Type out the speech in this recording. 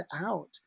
out